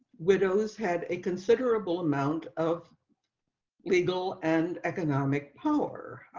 widows had a considerable amount of legal and economic power.